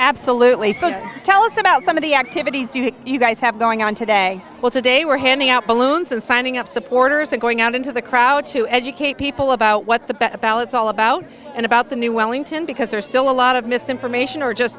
absolutely so tell us about some of the activities you know you guys have going on today well today we're handing out balloons and signing up supporters and going out into the crowd to educate people about what the best about it's all about and about the new wellington because there's still a lot of misinformation or just